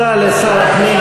עלילת דם.